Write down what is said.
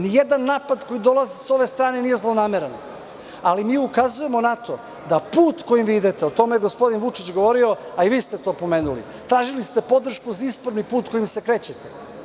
Ni jedan napad koji dolazi sa ove strane nije zlonameran, ali mi ukazujemo na to da put kojim vi idete, o tome je gospodin Vučić govorio, a i vi ste to pomenuli, tražili ste podršku za izborni put kojim se krećete.